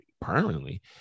permanently